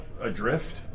Adrift